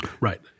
Right